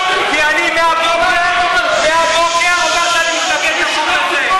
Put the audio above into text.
כי אני מהבוקר אומר שאני מתנגד לחוק הזה,